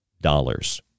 dollars